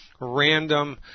random